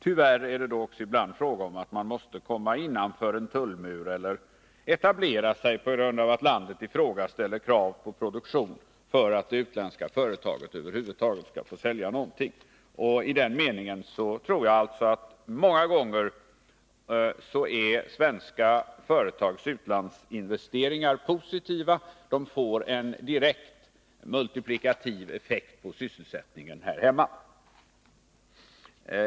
Tyvärr blir det då också ibland fråga om att komma innanför en tullmur eller etablera sig på grund av att landet i fråga ställer krav på produktion för att det utländska företaget över huvud taget skall få sälja någonting. I den meningen tror jag alltså att svenska företags utlandsinvesteringar ofta är positiva. De får en direkt multiplikativ effekt på sysselsättningen här hemma.